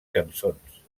cançons